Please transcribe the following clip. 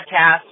podcast